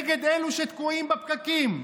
נגד אלו שתקועים בפקקים,